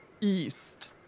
east